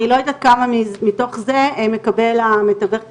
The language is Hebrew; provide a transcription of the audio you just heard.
אני לא יודעת כמה מתוך זה מקבל המתווך תקשורת.